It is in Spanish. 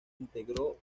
integró